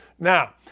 Now